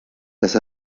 das